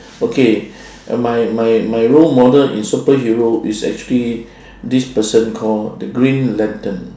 okay my my my role model in superhero is actually this person call the green lantern